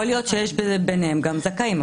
יכול להיות שיש ביניהם גם זכאים,